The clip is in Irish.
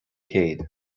céad